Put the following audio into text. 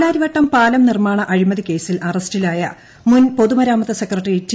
പാലാരിവട്ടം പാലം നിർമ്മാണ അഴിമതിക്കേസിൽ അറസ്റ്റിലായ മുൻ പ്പൊതുമരാമത്ത് സെക്രട്ടറി ടി